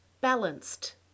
Balanced